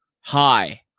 hi